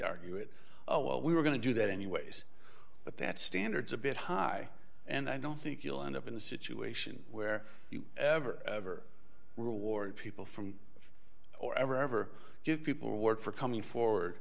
argue it oh well we were going to do that anyways but that standards a bit high and i don't think you'll end up in a situation where you ever ever reward people from or ever ever give people work for coming forward